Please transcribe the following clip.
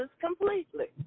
completely